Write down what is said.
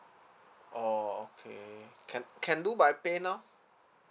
orh okay can can do by paynow